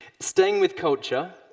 staying with culture,